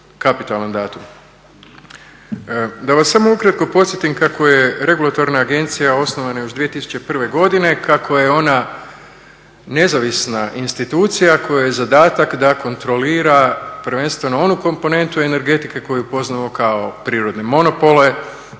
kapitalan datum. Da vas samo ukratko podsjetim kako je Regulatorna agencija osnovana još 2001. godine, kako je ona nezavisna institucija kojoj je zadataka da kontrolira prvenstveno onu komponentu energetike koju poznamo kao prirodne monopole.